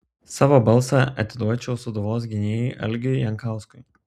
savo balsą atiduočiau sūduvos gynėjui algiui jankauskui